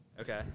Okay